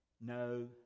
No